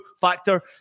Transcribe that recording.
factor